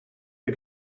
der